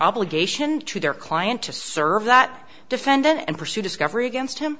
obligation to their client to serve that defendant and pursue discovery against him